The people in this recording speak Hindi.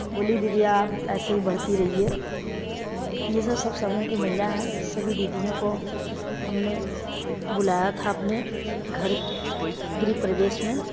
बोली दीदी आप ऐसे ही बढ़ती रहिए है ये सब सब समूह की महिला हैं सभी दीदीयों को हम ने बुलाया था अपने घर गृह प्रवेश में